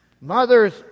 Mothers